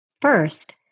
First